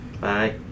Bye